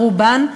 רובן,